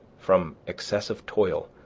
from excessive toil,